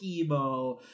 chemo